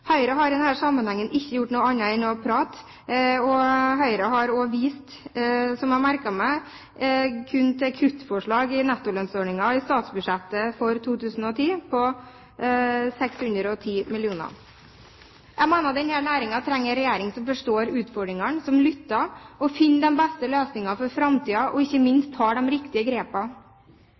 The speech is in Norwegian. Høyre har i denne sammenhengen ikke gjort noe annet enn å prate. Høyre har, som jeg har merket meg, kun vist til kuttforslag i nettolønnsordningen i statsbudsjettet for 2010 på 610 mill. kr. Jeg mener at denne næringen trenger en regjering som forstår utfordringene, som lytter og finner de beste løsningene for framtiden, og ikke minst tar de riktige